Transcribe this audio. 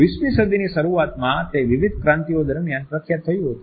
20મી સદીની શરૂઆતમાં તે વિવિધ ક્રાંતીઓ દરમિયાન પ્રખ્યાત થયું હતું